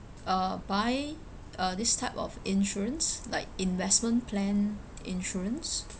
uh buy uh this type of insurance like investment plan insurance